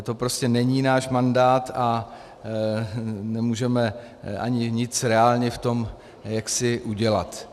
To prostě není náš mandát a nemůžeme ani nic reálně v tom udělat.